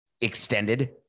extended